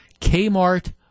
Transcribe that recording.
Kmart